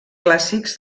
clàssics